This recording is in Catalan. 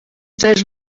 tres